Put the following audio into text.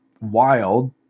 wild